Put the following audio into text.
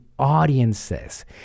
audiences